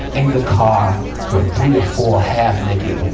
in the car were three or four half-naked